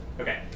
Okay